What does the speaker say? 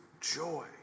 joy